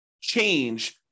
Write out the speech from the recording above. change